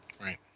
Right